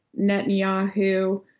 Netanyahu